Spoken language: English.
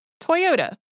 Toyota